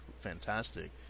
fantastic